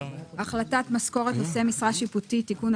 החלטת משכורת נושאי משרה שיפוטית (תיקון),